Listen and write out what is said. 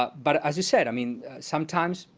but but as you said, i mean sometimes,